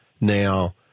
Now